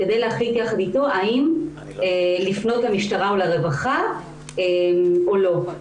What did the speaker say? יחד אתו האם לפנות למשטרה או לרווחה או לא.